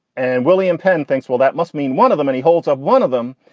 and william penn thinks, well, that must mean one of the men. he holds up one of them.